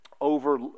over